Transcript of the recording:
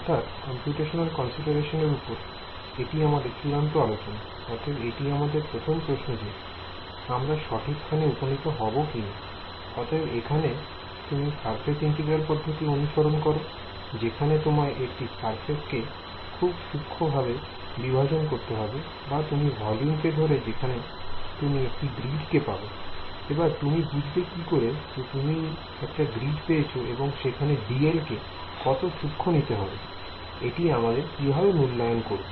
অর্থাৎ computational consideration এর উপর এটি আমাদের চূড়ান্ত আলোচনা অতএব এটি আমাদের প্রথম প্রশ্ন যে আমরা সঠিক স্থানে উপনীত হব কিনা I অতএব এখানে তুমি সারফেস ইন্টিগ্রাল পদ্ধতি অনুসরণ করো যেখানে তোমায় একটি সারফেস কে খুব সূক্ষ্মভাবে বিভাজন করতে হবে বা তুমি ভলিউম কে ধরো যেখানে তুমি একটি গ্রিড কে পাবে I এবার তুমি বুঝবে কি করে যে তুমি একটা গ্রিড পেয়েছো এবং সেখানে dl কে কত সূক্ষ্ম নিতে হবে I এটি আমরা কিভাবে মূল্যায়ন করব